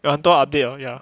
有很多 update okay lah